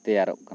ᱛᱮᱭᱟᱨᱚᱜ ᱠᱟᱱᱟ